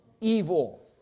evil